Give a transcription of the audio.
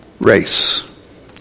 race